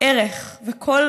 ערך וכל